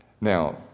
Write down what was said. Now